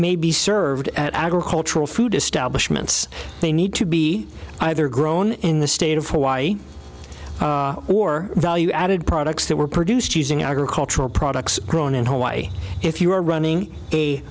may be served at agricultural food establishments they need to be either grown in the state of hawaii or value added products that were produced using agricultural products grown in hawaii if you were running a